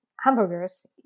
hamburgers